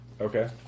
Okay